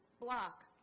block